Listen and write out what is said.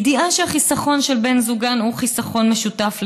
בידיעה שהחיסכון של בן זוגן הוא חיסכון משותף לשניהם.